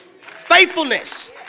Faithfulness